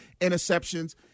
interceptions